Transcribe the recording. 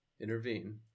intervene